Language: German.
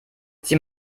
sie